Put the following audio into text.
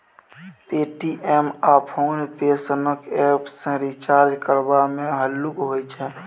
Paytm आ PhonePe सनक app सँ रिचार्ज करबा मे हल्लुक होइ छै